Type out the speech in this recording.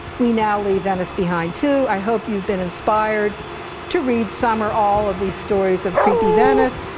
we now leave venice behind too. i hope you've been inspired to read some or all of these stories of creepy venice,